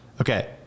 Okay